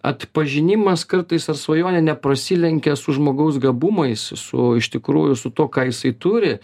atpažinimas kartais ar svajonė neprasilenkia su žmogaus gabumais su iš tikrųjų su tuo ką jisai turi